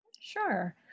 Sure